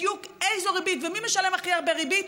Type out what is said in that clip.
בדיוק איזו ריבית ומי משלם הכי הרבה ריבית.